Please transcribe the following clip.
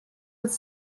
with